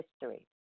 history